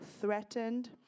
threatened